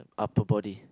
upper body